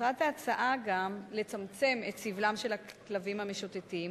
מטרת ההצעה גם לצמצם את סבלם של הכלבים המשוטטים,